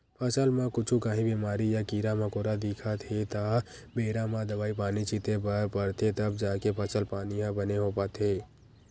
फसल म कुछु काही बेमारी या कीरा मकोरा दिखत हे त बेरा म दवई पानी छिते बर परथे तब जाके फसल पानी ह बने हो पाथे